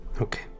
Okay